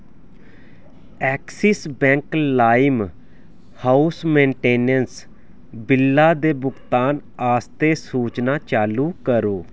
axis Bank lime house maintenance बिल्ला दे भुगतान आस्तै सूचना चालू करो